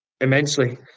immensely